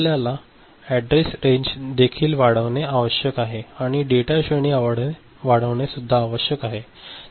आपल्याला address range देखील वाढविणे आवश्यक आहे आणि डेटा श्रेणी वाढविणे आवश्यक आहे